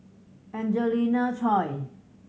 Angelina Choy